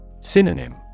Synonym